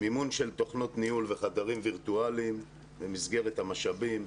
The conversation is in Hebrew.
מימון של תוכנות ניהול וחדרים וירטואליים במסגרת המשאבים.